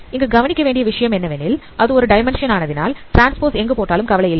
இங்கு கவனிக்க வேண்டிய விஷயம் என்னவெனில் அது ஒரு டைமென்ஷன் ஆனதினால் டிரான்ஸ்போஸ் எங்கு போட்டாலும் கவலையில்லை